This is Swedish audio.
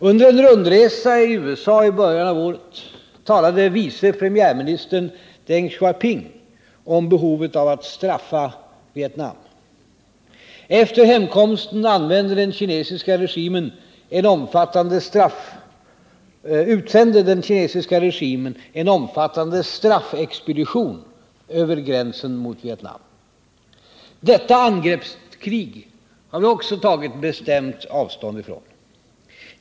Under en rundresa i USA i början av året talade vice premiärminister Deng Xiaoping om behovet av att straffa Vietnam. Efter hemkomsten utsände den kinesiska regimen en omfattande ”straffexpedition” över gränsen mot Vietnam. Detta angreppskrig har vi tagit bestämt avstånd från.